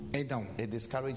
então